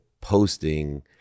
posting